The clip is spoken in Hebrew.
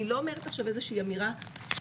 אני לא אומרת עכשיו איזו שהיא אמירה שאומרת